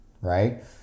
right